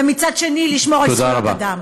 ומצד שני לשמור על זכויות אדם,